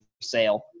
sale